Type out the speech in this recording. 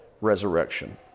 resurrection